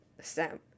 Sam